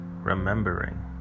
remembering